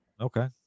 Okay